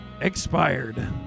expired